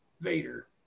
Vader